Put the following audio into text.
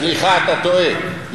סליחה, אתה טועה.